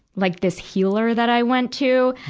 like this healer that i went to.